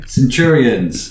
Centurions